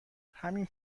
همین